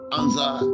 answer